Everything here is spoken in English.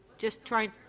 just try